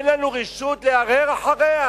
אין לנו רשות לערער אחריה.